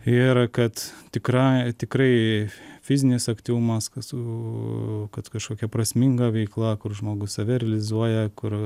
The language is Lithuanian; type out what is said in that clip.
ir kad tikra tikrai fizinis aktyvumas kas su kad kažkokia prasminga veikla kur žmogus save realizuoja kur